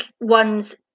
ones